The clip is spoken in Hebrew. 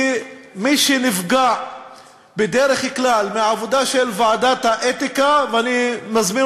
כי מי שנפגע בדרך כלל מהעבודה של ועדת האתיקה ואני מזמין